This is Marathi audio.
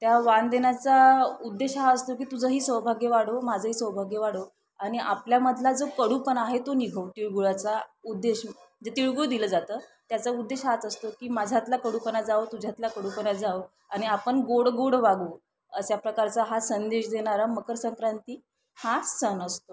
त्या वाण देण्याचा उद्देश हा असतो की तुझंही सौभाग्य वाढो माझंही सौभाग्य वाढो आणि आपल्यामधला जो कडूपणा आहे तो निघो तिळगुळाचा उद्देश जे तिळगूळ दिलं जातं त्याचा उद्देश हाच असतो की माझ्याातला कडूपणा जावो तुझ्यातल्या कडूपणा जावो आणि आपण गोड गोड वागू अशा प्रकारचा हा संदेश देणारा मकरसंक्रांती हा सण असतो